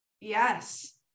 Yes